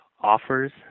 offers